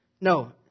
No